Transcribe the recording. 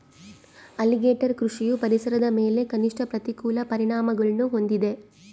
alligator ಕೃಷಿಯು ಪರಿಸರದ ಮೇಲೆ ಕನಿಷ್ಠ ಪ್ರತಿಕೂಲ ಪರಿಣಾಮಗುಳ್ನ ಹೊಂದಿದೆ